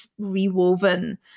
rewoven